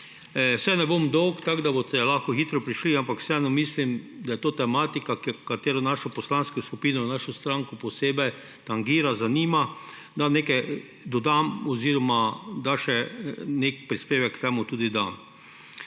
Saj ne bom dolg, tako da boste lahko hitro prišli na vrsto, ampak vseeno mislim, da je to tematika, katera našo poslansko skupino in našo stranko posebej tangira, zanima. Naj nekaj dodam oziroma da še nek prispevek k temu tudi dam.